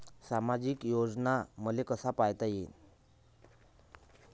सामाजिक योजना मले कसा पायता येईन?